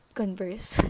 converse